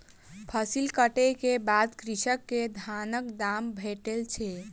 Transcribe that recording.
फसिल कटै के बाद कृषक के धानक दाम भेटैत छै